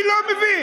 אני לא מבין.